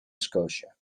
scotia